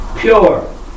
pure